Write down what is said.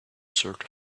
sort